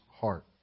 heart